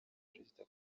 perezida